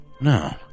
No